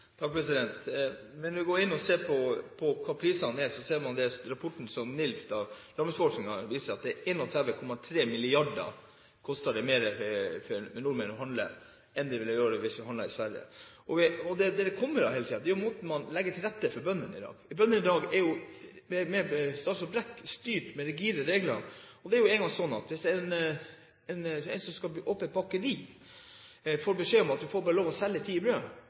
vi går inn og ser på prisene, viser rapporten fra NILF, Norsk institutt for landbruksøkonomisk forskning, at det koster 31,3 mrd. kr mer for nordmenn å handle i Norge enn det ville gjøre å handle i Sverige. Det det hele tiden skyldes, er jo den måten man legger til rette på for bøndene i dag. Bøndene er, med statsråd Brekk, i dag styrt av rigide regler. Det er jo engang slik at hvis en som skal åpne et bakeri, får beskjed om at man bare får lov til å selge ti brød, hvordan skal den bakeren klare å leve av det? Ellers må man gå på statlige subsidier. Dette er et bevis på at det er den landbrukspolitikken som føres i